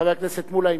חבר הכנסת מולה,